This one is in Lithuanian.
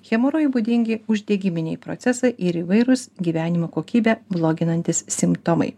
hemorojui būdingi uždegiminiai procesai ir įvairūs gyvenimo kokybę bloginantys simptomai